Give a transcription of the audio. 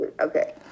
Okay